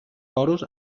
porus